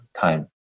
time